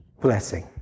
blessing